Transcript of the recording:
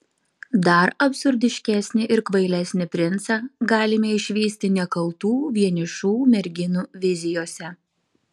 dar absurdiškesnį ir kvailesnį princą galime išvysti nekaltų vienišų merginų vizijose